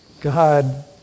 God